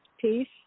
peace